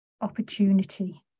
opportunity